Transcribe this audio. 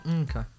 okay